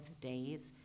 days